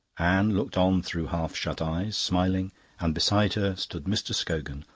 anne looked on through half-shut eyes, smiling and beside her stood mr. scogan,